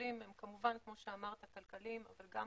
והשיקולים הם כמובן כמו שאמרת כלכליים, אבל גם